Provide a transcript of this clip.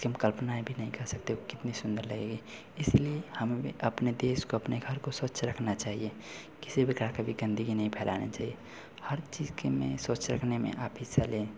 कि हम कल्पनाएँ भी नहीं कर सकते कि वह कितनी सुंदर लगेगा इसलिए हम अपने देश को अपने घर को स्वच्छ रखना चाहिए किसी भी कभी गंदगी नहीं फैलानी चहिए हर चेज़ के में स्वच्छ रखने पर आप हिस्सा लें